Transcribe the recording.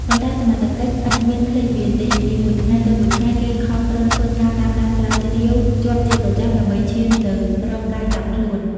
ប៉ុន្តែសមត្ថកិច្ចឥតមានភ្លេចវាទេ ពីមួយថ្ងៃទៅមួយថ្ងៃ គេខំប្រឹងធ្វើការតាមដានស្រាវជ្រាវជាប់ជាប្រចាំដើម្បីឈានទៅរកការចាប់ខ្លួន ។